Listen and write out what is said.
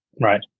Right